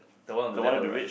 the one on the left or the right